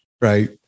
right